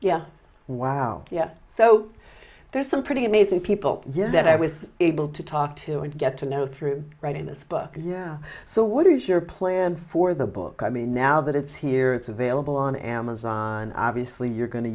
yeah wow yeah so there's some pretty amazing people yes that i was able to talk to and get to know through writing this book yeah so what are you sure planned for the book i mean now that it's here it's available on amazon obviously you're going to